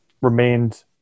remained